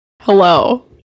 hello